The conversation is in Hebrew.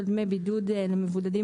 של דמי בידוד למבודדים,